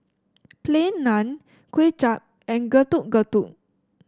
Plain Naan Kuay Chap and Getuk Getuk